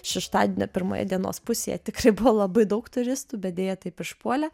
šeštadienio pirmoje dienos pusėje tikrai buvo labai daug turistų bet deja taip išpuolė